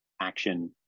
action